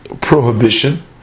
prohibition